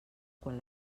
quan